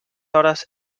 hores